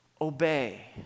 obey